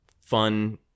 fun